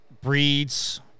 breeds